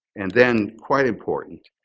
and then quite important,